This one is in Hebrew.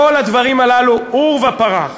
כל הדברים הללו עורבא פרח,